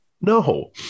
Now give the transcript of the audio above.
no